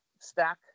stack